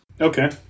Okay